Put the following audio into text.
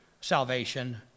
salvation